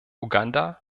uganda